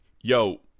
yo